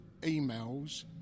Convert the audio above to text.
emails